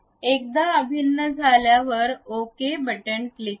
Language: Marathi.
एकदा अभिन्न झाल्यावर ओके क्लिक करा